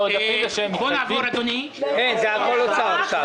בוא נעבור, אדוני --- זה הכול אוצר עכשיו.